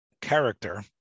character